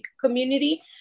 community